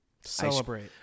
Celebrate